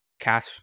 cash